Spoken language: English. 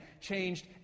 changed